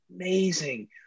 amazing